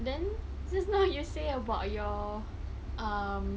then just now you were saying about your um